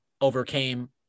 overcame